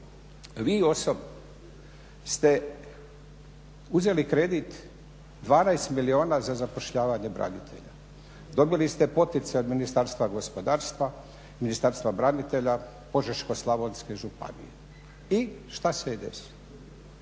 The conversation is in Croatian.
Vi osobno ste uzeli kredit 12 milijuna za zapošljavanje branitelja. Dobili ste poticaj od Ministarstva gospodarstva, Ministarstva branitelja Požeško-slavonske županije. I šta se je desilo?